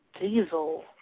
Diesel